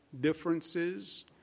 differences